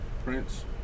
Prince